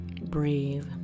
Breathe